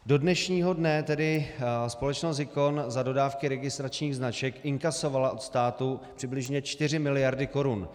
Do dnešního dne společnost Hicon za dodávky registračních značek inkasovala od státu přibližně 4 miliardy korun.